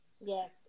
Yes